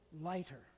lighter